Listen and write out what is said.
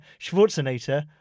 Schwarzenegger